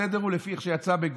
הסדר הוא לפי איך שיצא בגוגל.